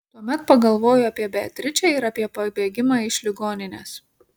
tuomet pagalvoju apie beatričę ir apie pabėgimą iš ligoninės